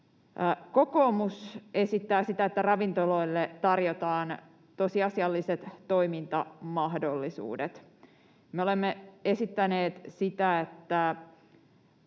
Kokoomus esittää sitä, että ravintoloille tarjotaan tosiasialliset toimintamahdollisuudet. Me olemme esittäneet sitä, että